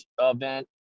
event